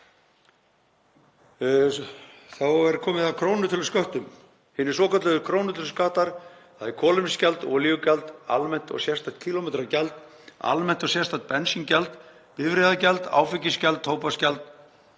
Þá er komið að krónutölusköttum. Hinir svonefndu krónutöluskattar, þ.e. kolefnisgjald, olíugjald, almennt og sérstakt kílómetragjald, almennt og sérstakt bensíngjald, bifreiðagjald, áfengisgjald og tóbaksgjald,